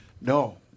No